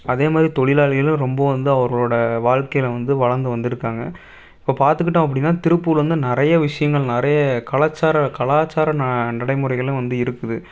அதே மாதிரி தொழிலாளிகளும் ரொம்ப வந்து அவர்களோடய வாழ்கையில் வந்து வளர்ந்து வந்துருக்காங்க இப்போ பார்த்துக்கிட்டோம் அப்படினா திருப்பூரில் வந்து நிறைய விஷயங்கள் நிறைய கலாச்சார கலாச்சார நடைமுறைகளும் வந்து இருக்குது